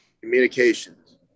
Communications